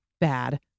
bad